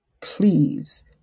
please